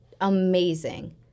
amazing